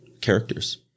characters